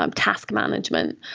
um task management.